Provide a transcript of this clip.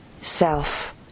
self